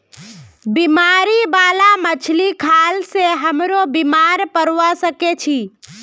बीमारी बाला मछली खाल से हमरो बीमार पोरवा सके छि